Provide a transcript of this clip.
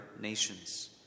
nations